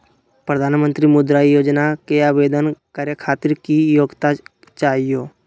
प्रधानमंत्री मुद्रा योजना के आवेदन करै खातिर की योग्यता चाहियो?